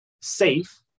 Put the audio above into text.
safe